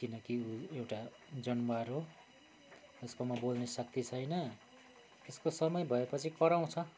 किन कि ऊ एउटा जनावर हो उसकोमा बोल्ने शक्ति छैन उसको समय भएपछि कराउँछ